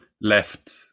left